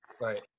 Right